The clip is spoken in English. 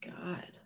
God